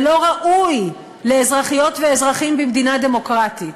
ולא ראוי לאזרחיות ואזרחים במדינה דמוקרטית.